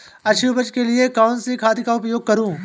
अच्छी उपज के लिए कौनसी खाद का उपयोग करूं?